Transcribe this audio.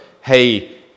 hey